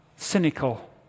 cynical